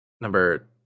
number